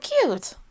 cute